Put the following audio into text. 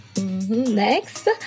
Next